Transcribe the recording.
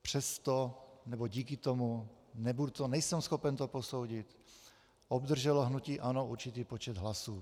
Přesto, nebo díky tomu, nejsem schopen to posoudit, obdrželo hnutí ANO určitý počet hlasů.